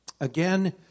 again